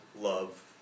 love